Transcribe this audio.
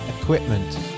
equipment